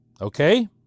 Okay